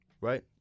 Right